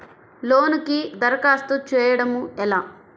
లోనుకి దరఖాస్తు చేయడము ఎలా?